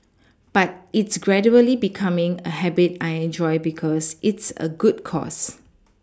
but it's gradually becoming a habit I enjoy because it's a good cause